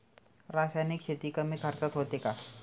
रासायनिक शेती कमी खर्चात होते का?